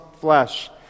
flesh